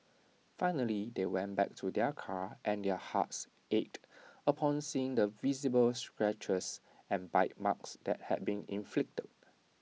finally they went back to their car and their hearts ached upon seeing the visible scratches and bite marks that had been inflicted